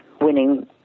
winning